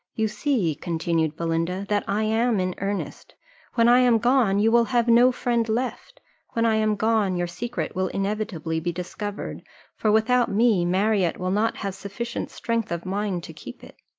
you see, continued belinda, that i am in earnest when i am gone, you will have no friend left when i am gone, your secret will inevitably be discovered for without me, marriott will not have sufficient strength of mind to keep it.